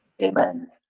Amen